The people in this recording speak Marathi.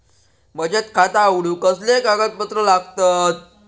बचत खाता उघडूक कसले कागदपत्र लागतत?